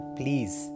please